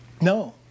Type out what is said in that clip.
No